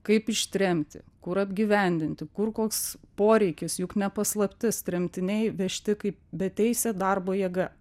kaip ištremti kur apgyvendinti kur koks poreikis juk ne paslaptis tremtiniai vežti kaip beteisė darbo jėga